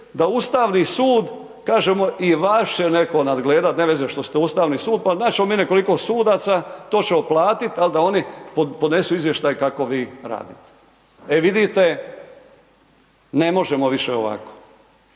da Ustavni sud, kažemo i vas će netko nadgledati, nema veze što ste Ustavni sud, pa naći ćemo mi nekoliko sudaca, to ćemo platiti, ali da oni podnesu izvještaj kako vi radite. E vidite, ne možemo više ovako,